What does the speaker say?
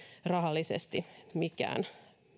rahallisesti mikään